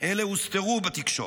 אלה הוסתרו בתקשורת.